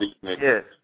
Yes